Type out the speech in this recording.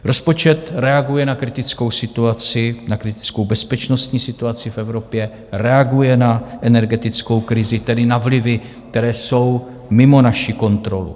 Rozpočet reaguje na kritickou situaci, na kritickou bezpečnostní situaci v Evropě, reaguje na energetickou krizi, tedy na vlivy, které jsou mimo naši kontrolu.